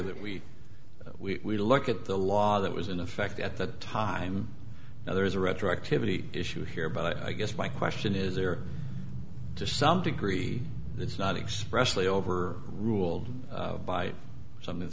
that we we look at the law that was in effect at that time now there is a retro activity issue here but i guess my question is there to some degree it's not expressed over ruled by some i